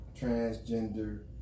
transgender